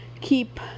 keep